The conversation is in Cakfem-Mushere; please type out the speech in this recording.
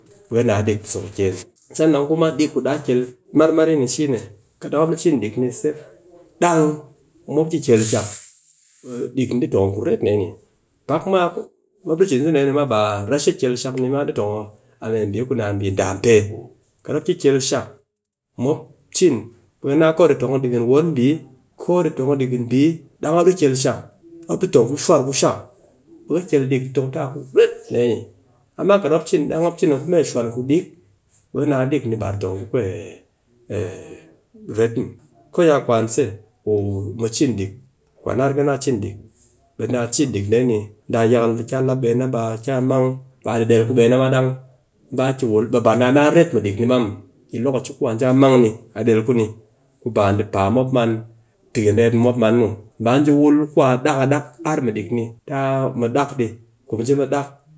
Be ka naa ɗik so kiken, sa nan kuma ɗik ni ku daa kel sang marmari ni shine kat dang mop ni cin ni se dang mop di kyel shak ɓe dik ni ɗitong a kuret dee ni, pak ma mop ɗi cin sɨse bii ndam pe, kat mop ɗi kel shak, mop ɗi tong ku shuwar ku shak, ɓe ka kel ɗik tong ta a kuret ɗee ni. Amma kat ɗang mop cin dak, mop cin a mee shwan ku dik, ɓe ka naa ɗik ni ba di tong ku ret ko ya kwan se, ku mu cin ɗik, kwan na riga na cin ɗik, ɓe daa cin duk dee ni, dee ni yakal a ki a lap be na, ɓe a ki a mang ɓe a del a del ku be na ma dang ba ki wul, be ba daa ret mɨ ɗik ma muw, yi lokaci ku di a ji a mang ni a del ku ni ku ba ɗi paa mop baa mop man, pikin reep ni mop man muw, ba ji wul ku a ɗak a ɗak ar mɨ ɗik ni, taa mop ɗak dɨ.